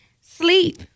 Sleep